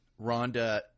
Rhonda